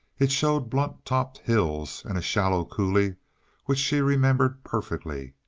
it showed blunt-topped hills and a shallow coulee which she remembered perfectly.